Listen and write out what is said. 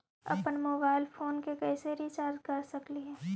अप्पन mobile phone के कैसे रिचार्ज कर सकली हे?